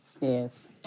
Yes